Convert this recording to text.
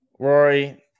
Rory